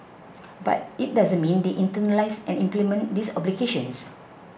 but it doesn't mean they internalise and implement these obligations